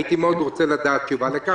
אני מאוד רוצה לקבל תשובה לכך.